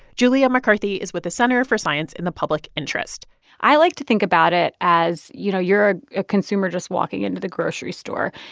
julia mccarthy is with the center for science in the public interest i like to think about it as, you know, you're a consumer just walking into the grocery store.